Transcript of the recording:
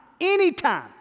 anytime